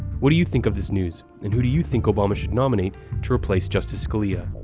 what do you think of this news and who do you think obama should nominate to replace justice scalia?